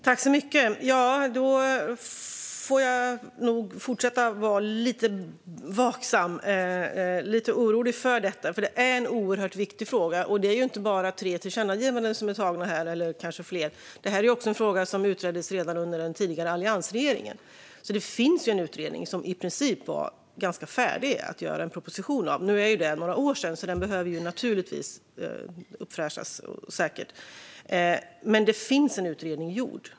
Herr talman! Då får jag nog fortsätta vara lite vaksam på och orolig för detta, för det är en oerhört viktig fråga. Det handlar inte heller bara om tre tillkännagivanden från riksdagen, eller kanske fler, utan det är också en fråga som utreddes redan under den tidigare alliansregeringen. Det finns alltså en utredning som i princip var ganska färdig att göra en proposition av. Nu är det några år sedan så den behöver säkert fräschas upp, men det finns en utredning gjord.